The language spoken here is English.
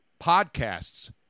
podcasts